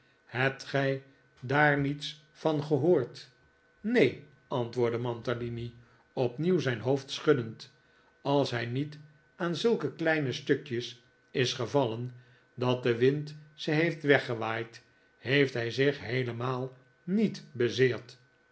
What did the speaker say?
hebt gij daar niets van gehoord neen antwoordde mantalini opnieuw zijn hoofd schuddend als hij niet aan zulke kleine stukjes is gevallen dat de wind ze heeft weggewaaid heeft hij zich heelemaal niet bezeerd